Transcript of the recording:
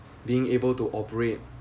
being able to operate